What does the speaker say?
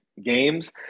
games